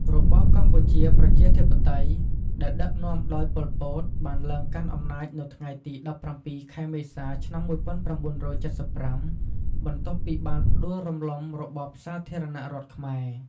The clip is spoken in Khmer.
របបកម្ពុជាប្រជាធិបតេយ្យ ដែលដឹកនាំដោយ ប៉ុល ពត បានឡើងកាន់អំណាចនៅថ្ងៃទី១៧ ខែមេសា ឆ្នាំ១៩៧៥ បន្ទាប់ពីបានផ្ដួលរំលំរបបសាធារណរដ្ឋខ្មែរ។